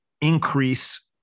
increase